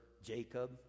jacob